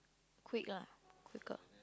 quick lah quicker